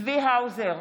צבי האוזר,